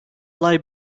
olay